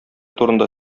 турында